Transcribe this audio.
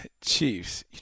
Chiefs